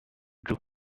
true